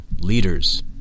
leaders